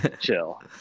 chill